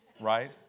right